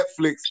Netflix